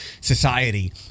society